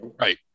Right